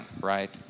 right